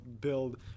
build